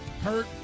hurt